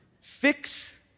Fix